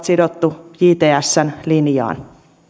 sidottu jtsn linjaan